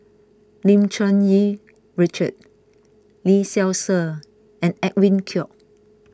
Lim Cherng Yih Richard Lee Seow Ser and Edwin Koek